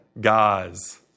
guys